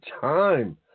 time